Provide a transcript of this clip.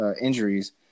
injuries